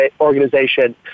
organization